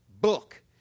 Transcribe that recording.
book